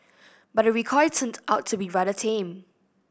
but the recoil turned out to be rather tame